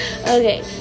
Okay